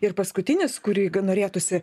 ir paskutinis kurį norėtųsi